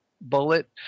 bullet